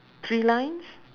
three lines